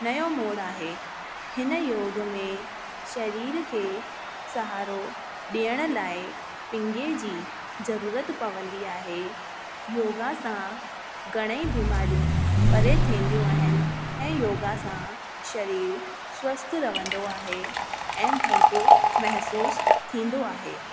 नयों मोड़ आहे हिन योग में शरीर खे सहारो ॾियण लाइ पिंगे जी ज़रूरत पवंदी आहे योगा सां घणेई बीमारियूं परे थींदियूं आहिनि ऐं योगा सां शरीर स्वस्थ रहंदो आहे ऐं हल्को महिसूसु थींदो आहे